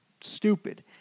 stupid